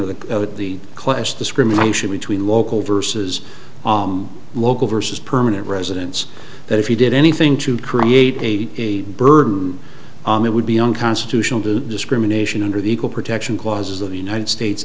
of the class discrimination between local versus local versus permanent residents that if you did anything to create a a burden on it would be unconstitutional to discrimination under the equal protection clause of the united states